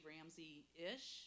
Ramsey-ish